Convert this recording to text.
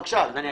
בבקשה, אדוני.